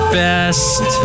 best